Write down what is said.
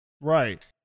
Right